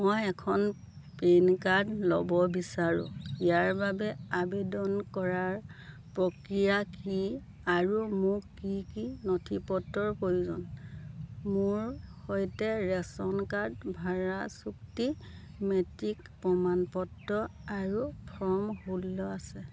মই এখন PAN card ল'ব বিচাৰোঁ ইয়াৰ বাবে আবেদন কৰাৰ প্ৰক্ৰিয়া কি আৰু মোক কি কি নথিপত্ৰৰ প্ৰয়োজন মোৰ সৈতে ৰেচন কাৰ্ড ভাড়া চুক্তি মেট্ৰিক প্ৰমাণপত্ৰ আৰু ফৰ্ম ষোল্ল আছে